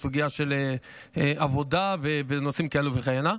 בסוגיה של עבודה ובנושאים כהנה וכהנה.